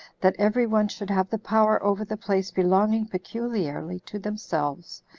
that every one should have the power over the place belonging peculiarly to themselves,